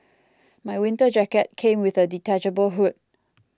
my winter jacket came with a detachable hood